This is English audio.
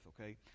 okay